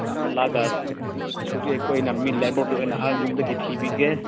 ꯑꯗꯨꯃꯥꯏ ꯂꯥꯛꯑꯒ ꯃꯤ ꯂꯦꯕꯣꯔꯗꯣ ꯑꯣꯏꯅꯥ ꯑꯥ ꯌꯨꯝꯗꯒꯤ ꯊꯤꯕꯤꯒꯦ